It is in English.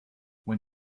when